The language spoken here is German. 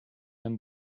einem